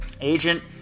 Agent